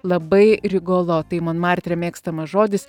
labai rigolo tai monmartre mėgstamas žodis